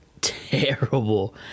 terrible